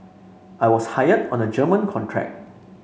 I was hired on a German contract